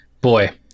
boy